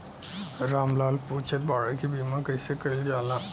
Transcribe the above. राम लाल पुछत बाड़े की बीमा कैसे कईल जाला?